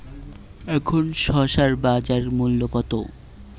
এখন শসার বাজার মূল্য কত?